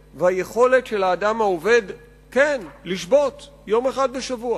והיכולת של האדם העובד כן לשבות יום אחד בשבוע.